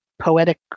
poetic